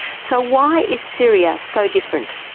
so why is syria so different?